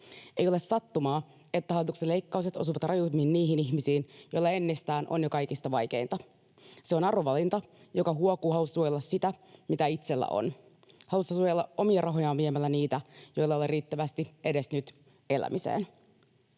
Ei ole sattumaa, että hallituksen leikkaukset osuvat rajuimmin niihin ihmisiin, joilla ennestään on jo kaikista vaikeinta. Se on arvovalinta, joka huokuu halusta suojella sitä, mitä itsellä on. Halusta suojella omia rahojaan viemällä niiltä, joilla ei ole riittävästi elämiseen